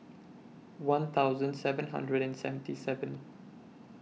one thousand seven hundred and seventy seven